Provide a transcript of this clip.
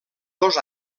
dos